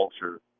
culture